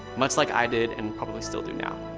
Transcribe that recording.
much like i did and probably still do now.